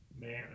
man